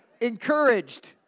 Encouraged